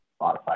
Spotify